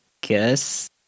guess